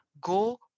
go